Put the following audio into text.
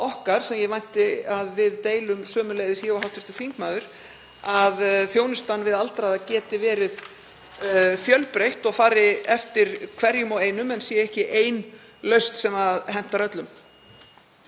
okkar, sem ég vænti að við deilum sömuleiðis, ég og hv. þingmaður, að þjónustan við aldraða geti verið fjölbreytt og fari eftir hverjum og einum en að það sé ekki ein lausn sem hentar öllum.